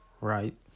right